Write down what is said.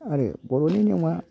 आरो बर'नि नियमआ